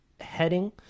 heading